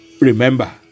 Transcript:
Remember